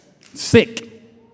Sick